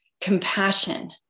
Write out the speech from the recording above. compassion